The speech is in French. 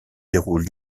déroule